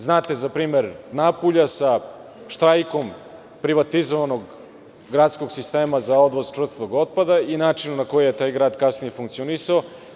Znate za primer Napulja sa štrajkom, privatizovanog gradskog sistema za odvoz čvrstog otpada i načinom na koji je taj grad kasnije funkcionisao.